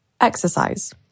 exercise